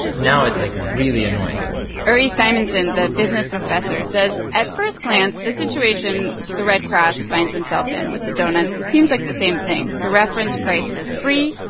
now it's like really annoying uri simonsohn, the business professor, says at first glance the situation the red cross finds himself in with the doughnuts it seems like the same thing. the reference price was free,